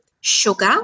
sugar